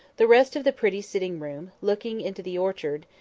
the rest of the pretty sitting-room looking into the orchard,